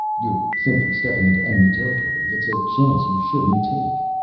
you're simply stepping into enemy territory. it's a chance you shouldn't take.